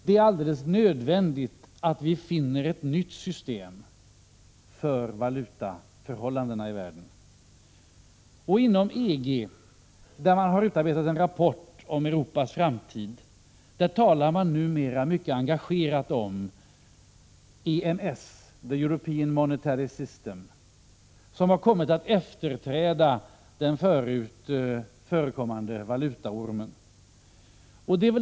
Det är alldeles nödvändigt att finna ett nytt system för valutaförhållandena i världen. Inom EG, där man har utarbetat en rapport om Europas framtid, talar man mycket engagerat om EMS, European Monetary System, som har kommit att efterträda den förut förekommande valutaormen.